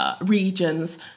regions